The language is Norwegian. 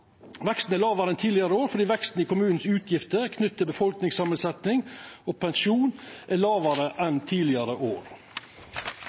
Veksten er lågare enn tidlegare år, fordi veksten i utgiftene kommunane har knytt til befolkningssamansetjing og pensjon, er